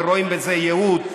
ורואים בזה ייעוד,